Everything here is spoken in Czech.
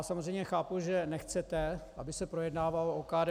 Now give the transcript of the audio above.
Samozřejmě chápu, že nechcete, aby se projednávalo OKD.